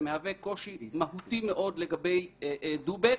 מהווה קושי מהותי מאוד לגבי "דובק".